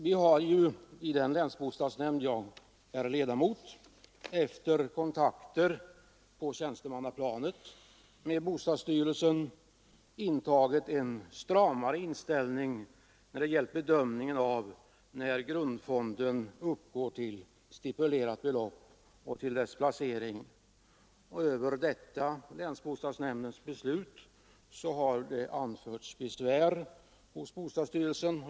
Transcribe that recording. Vi har i den länsbostadsnämnd jag är ledamot i efter kontakt på tjänstemannaplanet med bostadsstyrelsen intagit en stramare inställning när det gällt bedömningen av när grundfonden uppgår till stipulerat belopp och till dess placering. Över detta länsbostadsnämndens beslut har anförts besvär hos bostadsstyrelsen.